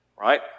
right